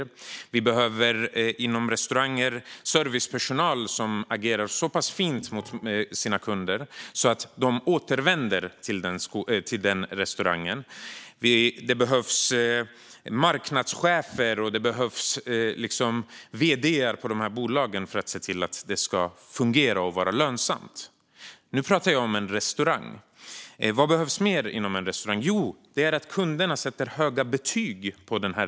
På restaurangen behöver det också finnas servicepersonal som agerar så pass fint gentemot kunderna att dessa återvänder till restaurangen. Det behövs marknadschefer och vd:ar i bolag för att se till att det fungerar och blir lönsamt. Nu pratar jag om en restaurang. Vad behövs mer för en restaurang? Jo, att kunderna sätter höga betyg på den.